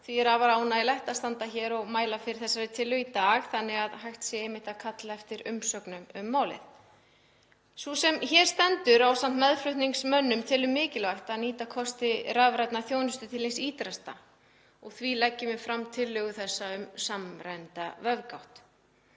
Því er afar ánægjulegt að standa hér og mæla fyrir henni í dag þannig að hægt sé að kalla eftir umsögnum um málið. Sú sem hér stendur ásamt meðflutningsmönnum telur mikilvægt að nýta kosti rafrænnar þjónustu til hins ýtrasta. Því leggjum við fram tillögu þessa um samræmda vefgátt.